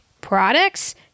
products